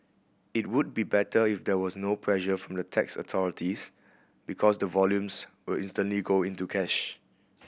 it would be better if there was no pressure from the tax authorities because the volumes will instantly go into cash